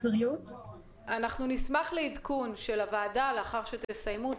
--- אנחנו נשמח לעדכון של הוועדה לאחר שתסיימו.